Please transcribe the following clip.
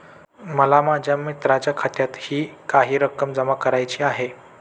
मला माझ्या मित्राच्या खात्यातही काही रक्कम जमा करायची आहे